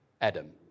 Adam